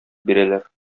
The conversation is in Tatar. бирәләр